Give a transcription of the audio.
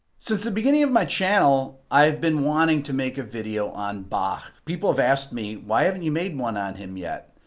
since the beginning of my channel i've been wanting to make a video on ba people have asked me why haven't you made one on him yet?